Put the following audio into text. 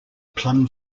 plum